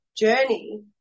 journey